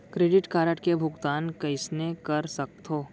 Credit card के भुगतान कइसने कर सकथो?